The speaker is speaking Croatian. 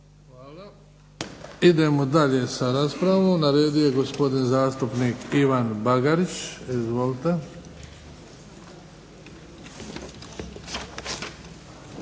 Hvala. Idemo dalje sa raspravom. Na redu je gospodin zastupnik Ivan Bagarić, izvolite.